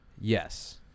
Yes